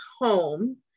home